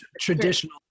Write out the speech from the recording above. traditional